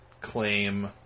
claim